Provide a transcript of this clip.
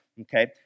okay